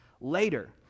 later